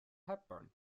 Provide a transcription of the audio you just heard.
hepburn